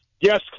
yes